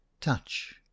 Touch